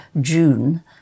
June